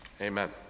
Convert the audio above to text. Amen